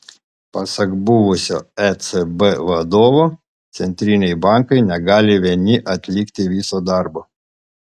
pasak buvusio ecb vadovo centriniai bankai negali vieni atlikti viso darbo